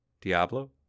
Diablo